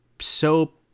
soap